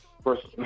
First